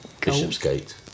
bishopsgate